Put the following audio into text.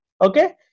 okay